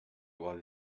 doit